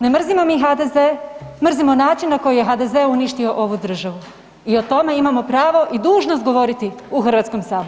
Ne mrzimo mi HDZ, mrzimo način na koji je HDZ uništio ovu državu i o tome imamo pravo i dužnost govoriti u HS.